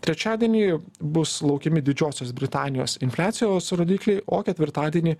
trečiadienį bus laukiami didžiosios britanijos infliacijos rodikliai o ketvirtadienį